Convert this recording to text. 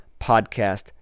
Podcast